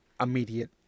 immediate